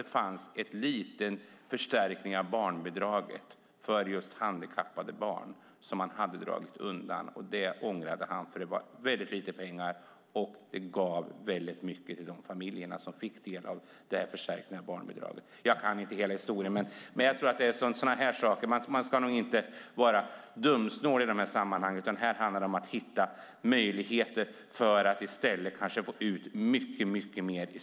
Det fanns nämligen en liten förstärkning av barnbidraget för just handikappade barn, och den drog han undan. Det ångrade han. Det rörde sig om väldigt lite pengar, men den förstärkningen av barnbidraget betydde mycket för de familjer som fick del av den. Jag kan inte hela historien, men man ska inte vara dumsnål i dessa sammanhang. Det handlar om att i stället hitta möjligheter för att kanske i slutändan få ut mycket mer.